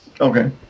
Okay